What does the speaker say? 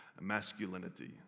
masculinity